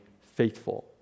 faithful